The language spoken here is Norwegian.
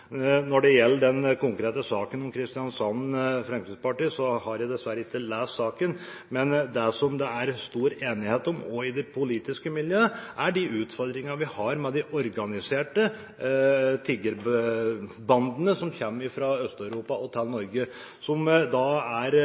Når det gjelder den konkrete saken i Kristiansand Fremskrittsparti, har jeg dessverre ikke lest om den. Men det det er stor enighet om, også i det politiske miljøet, er de utfordringene vi har med de organiserte tiggerbandene som kommer fra Øst-Europa til Norge, der det viser seg at det ikke er